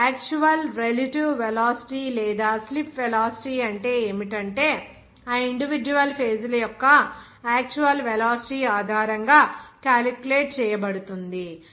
ఇప్పుడు actual relative velocity లేదా slip velocity అంటే ఏమిటంటే ఆ ఇండివిడ్యువల్ ఫేజ్ ల యొక్క యాక్చువల్ వెలాసిటీ ఆధారంగా క్యాలిక్యులేట్ చేయబడుతుంది